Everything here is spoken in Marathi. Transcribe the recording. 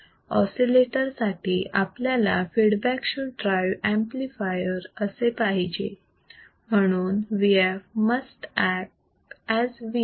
ऑसिलेटर साठी आपल्याला feedback should drive the amplifier असे पाहिजे म्हणून Vf must act as Vi correct